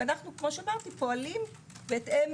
כפי שאמרתי, אנו פועלים בהתאם